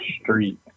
street